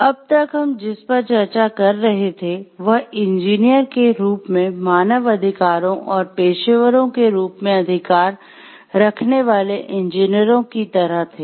अब तक हम जिस पर चर्चा कर रहे थे वह इंजीनियर के रूप में मानव अधिकारों और पेशेवरों के रूप में अधिकार रखने वाले इंजीनियरों की तरह थे